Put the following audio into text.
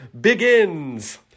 begins